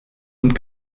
und